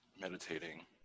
meditating